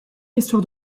histoire